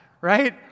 right